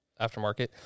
aftermarket